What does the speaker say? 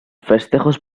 festejos